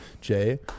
Jay